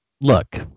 Look